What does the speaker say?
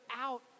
out